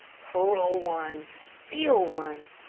cruel ones steel ones.